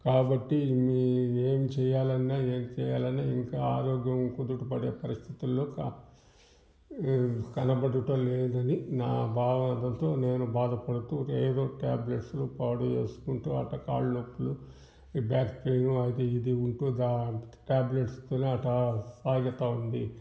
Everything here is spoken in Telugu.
కాబట్టి ఏం చేయాలన్నా నేను చేయాలన్నా ఇంకా ఆరోగ్యం కుదుట పడే పరిస్థితిలో ఒక కనబడుటలేదని నా భావంతో నేను బాధపడుతు ఏదో ట్యాబ్లెట్స్ పాడో వేసుకుంటు అట్టా కాళ్ళ నొప్పులు ఈ బ్యాక్ పెయిన్ అది ఇది ఉంటు ఆ టాబ్లెట్స్తో అట్టా సాగుతు ఉంది